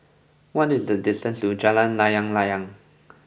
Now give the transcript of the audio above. what is the distance to Jalan Layang Layang